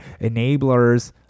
enablers